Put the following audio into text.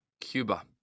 Cuba